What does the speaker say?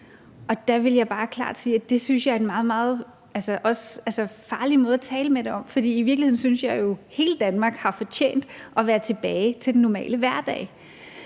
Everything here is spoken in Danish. Der vil jeg bare klart sige, at det synes jeg er en meget farlig måde at tale om det på. For i virkeligheden synes jeg jo, at hele Danmark har fortjent at være tilbage til den normale hverdag.